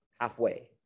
halfway